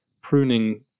pruning